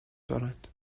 دارند